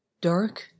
Dark